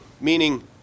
meaning